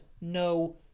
no